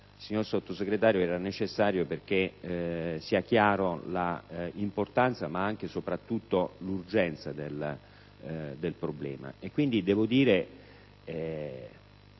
signor Sottosegretario, era necessaria perché sia chiara l'importanza e soprattutto l'urgenza del problema.